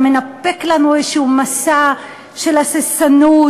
אתה מנפק לנו איזשהו מסע של הססנות.